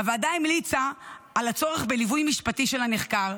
הוועדה המליצה על הצורך בליווי משפטי של הנחקר,